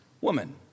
woman